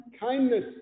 kindness